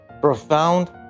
profound